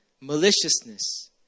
maliciousness